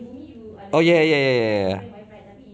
oh ya ya ya ya